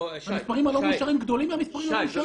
המספרים הלא-מאושרים גדולים מהמספרים המאושרים.